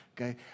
Okay